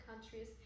countries